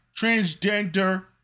Transgender